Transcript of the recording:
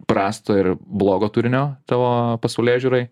prasto ir blogo turinio tavo pasaulėžiūrai